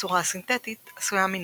הצורה הסינתטית עשויה מנפט,